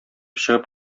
чыгып